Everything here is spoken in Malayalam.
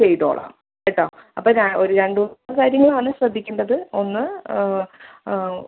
ചെയ്തോളാം കേട്ടോ അപ്പം ര ഒരു രണ്ട് മൂന്ന് കാര്യങ്ങളാണ് ശ്രദ്ധിക്കേണ്ടത് ഒന്ന്